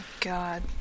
god